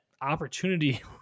opportunity